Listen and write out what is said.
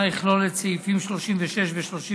ועדת הכספים מחליטה הכנסת, לפי סעיף